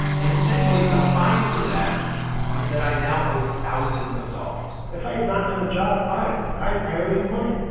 and essentially, the fine for that is that i now owe thousands of dollars if i had not done the job, fine, i owe you the money.